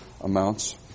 amounts